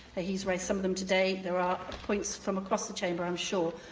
ah he's raised some of them today. there are points from across the chamber, i'm sure,